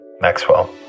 Maxwell